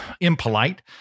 impolite